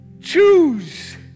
Choose